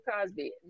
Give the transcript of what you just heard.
Cosby